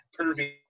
pervy